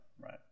right